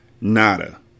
Nada